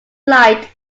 light